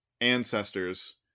ancestors